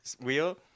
wheel